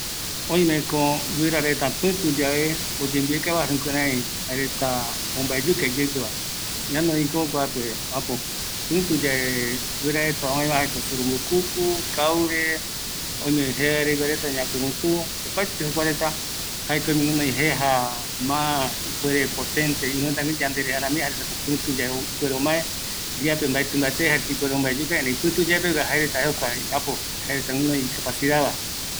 Oime guirareta pɨtu yave oyembiekava, jukuraï jaereta ombaeyuka iyeɨpe, jaeko kuareta, surumbukuku, kaure, ñakurutu, jaereta oime guinoi jeja pɨtu peguara, jokuape guinoi mbae puere